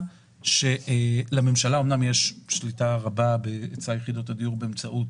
אמנם לממשלה יש שליטה רבה בהיצע יחידות הדיור באמצעות